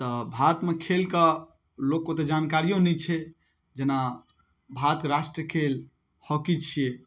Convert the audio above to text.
तऽ भारतमे खेलके लोकके ओते जानकारियो नहि छै जेना भारतके राष्ट्रीय खेल हॉकी छियै